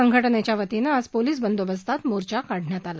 संघटनेच्या वतीनं आज पोलिस बंदोबस्तात मोर्चा काढण्यात आला